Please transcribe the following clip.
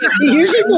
usually